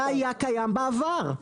זה היה קיים בעבר,